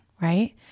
right